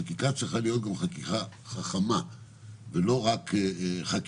חקיקה צריכה להיות גם חקיקה חכמה ולא רק חקיקה,